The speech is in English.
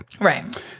Right